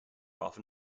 often